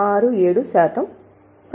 67 శాతం